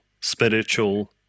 spiritual